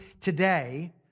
today